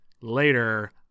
later